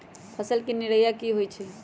फसल के निराया की होइ छई?